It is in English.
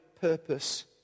purpose